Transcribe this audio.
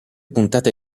puntata